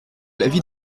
l’avis